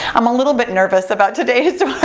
i'm a little bit nervous about today's